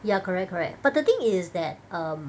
ya correct correct but the thing is that um